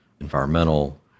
environmental